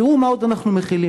תראו מה עוד אנחנו מכילים: